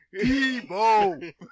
Debo